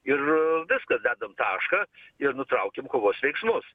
ir viskas dedam tašką ir nutraukiam kovos veiksmus